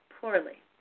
poorly